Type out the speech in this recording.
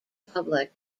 public